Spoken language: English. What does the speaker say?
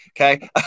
Okay